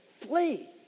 Flee